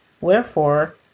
Wherefore